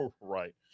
Right